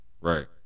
right